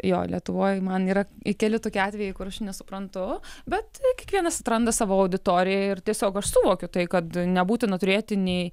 jo lietuvoj man yra keli tokie atvejai kur aš nesuprantu bet kiekvienas atranda savo auditoriją ir tiesiog aš suvokiu tai kad nebūtina turėti nei